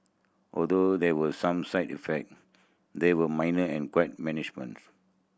although there were some side effect they were minor and quite